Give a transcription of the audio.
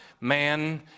man